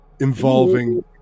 involving